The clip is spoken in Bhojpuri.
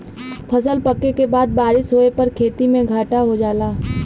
फसल पके के बाद बारिस होए पर खेती में घाटा हो जाला